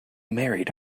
married